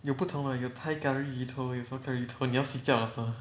有不同的有 thai curry 鱼头有什么 curry 鱼头你要睡觉了是吗